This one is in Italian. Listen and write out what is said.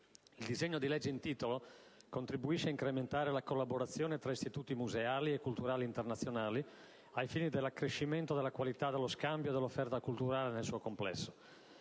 il disegno di legge in titolo contribuisce a incrementare la collaborazione tra istituti museali e culturali internazionali, ai fini dell'accrescimento della qualità dello scambio e dell'offerta culturale nel suo complesso.